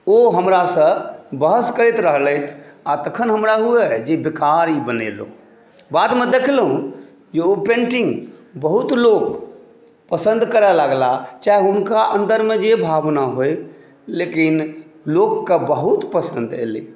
ओ हमरासँ बहस करैत रहलथि आओर तखन हमरा हुअए जे बेकार बनेलहुँ बादमे देखलहुँ जे ओ पेन्टिङ्ग बहुत लोक पसन्द करए लगलाह चाहे हुनका अन्दरमे जे भावना होइ लेकिन लोकके बहुत पसन्द एलै